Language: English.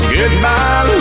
Goodbye